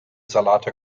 salate